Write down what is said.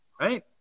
right